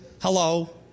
Hello